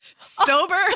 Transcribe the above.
Sober